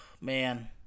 man